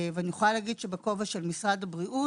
אני יכולה להגיד בכובע של משרד הבריאות,